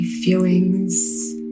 feelings